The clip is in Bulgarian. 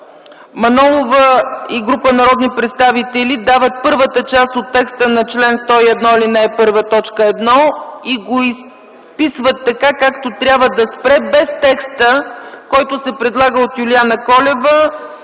Манолова и група народни представители дават първата част от текста на чл. 101, ал. 1, т. 1 и го изписват, така както трябва да спре, без текста, който се предлага от Юлиана Колева